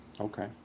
Okay